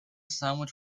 sandwich